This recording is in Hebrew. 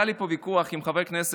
ואז, היה לי פה ויכוח עם חבר הכנסת